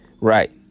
Right